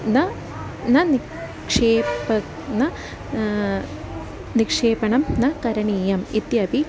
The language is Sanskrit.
न न निक्षेपणं न निक्षेपणं न करणीयम् इत्यपि